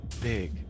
big